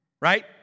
right